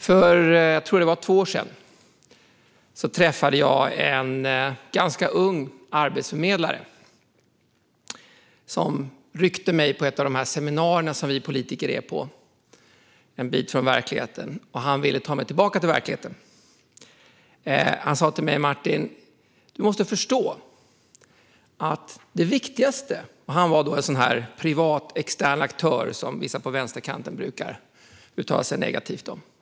Herr talman! För ungefär två år sedan träffade jag en ganska ung arbetsförmedlare. Han tog tag i mig på ett av de många seminarier som vi politiker deltar i, en bit från verkligheten, och ville ta mig tillbaka till verkligheten. Han var en sådan där privat, extern aktör som vissa på vänsterkanten brukar uttala sig negativt om.